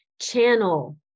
channel